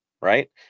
Right